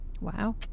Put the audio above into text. wow